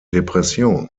depression